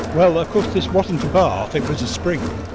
well of course this wasn't a bath. it was a spring.